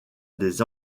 des